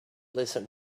listen